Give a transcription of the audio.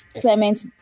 Clement